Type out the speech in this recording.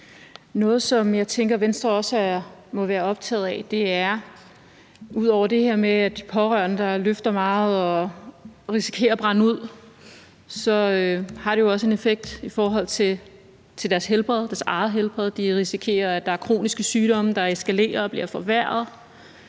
noget, som jeg tænker Venstre også må være optaget af. Ud over det her med, at de pårørende løfter meget og risikerer at brænde ud, så har det jo også en effekt på deres eget helbred. De risikerer, at der er kroniske sygdomme, der eskalerer og bliver forværret.